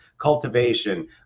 cultivation